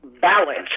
balance